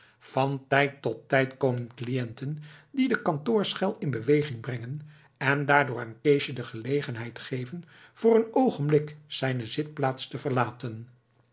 van tijd tot tijd komen cliënten die de kantoorschel in beweging brengen en daardoor aan keesje de gelegenheid geven voor een oogenblik zijne zitplaats te verlaten